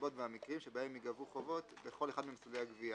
הנסיבות והמקרים שבהם יגבו חובות בכל אחד ממסלולי הגביה.